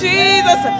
Jesus